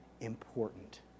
important